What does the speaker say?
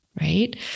right